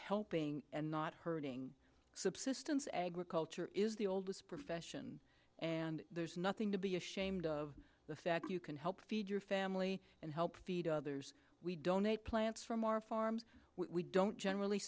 helping and not hurting subsistence agriculture is the oldest profession and there's nothing to be ashamed of the fact you can help feed your family and help feed others we donate plants from our farms we don't generally